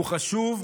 הוא חשוב,